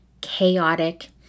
chaotic